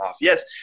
Yes